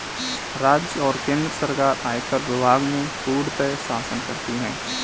राज्य और केन्द्र सरकार आयकर विभाग में पूर्णतयः शासन करती हैं